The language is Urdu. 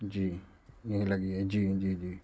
جی یہیں لگی ہے جی جی جی